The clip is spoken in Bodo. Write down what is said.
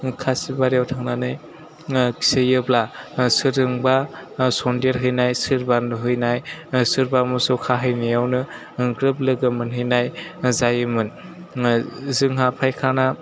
खासिबारियाव थांनानै खिहैयाेब्ला सोरजोंबा सन्देर हैनाय सोरबा नुहैनाय सोरबा मोसौ खाहैनायावनो ग्रोब लोगो मोनहैनाय जायोमोन जोंहा फायखाना